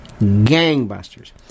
gangbusters